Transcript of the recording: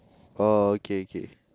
uh okay okay